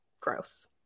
gross